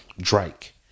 Drake